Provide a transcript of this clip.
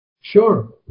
Sure